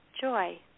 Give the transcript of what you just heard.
joy